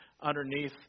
underneath